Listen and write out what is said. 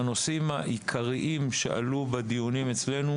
הנושאים העיקריים שעלו בדיונים אצלנו